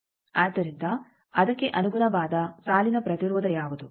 ಆದ್ದರಿಂದ ಅದಕ್ಕೆ ಅನುಗುಣವಾದ ಸಾಲಿನ ಪ್ರತಿರೋಧ ಯಾವುದು